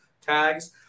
tags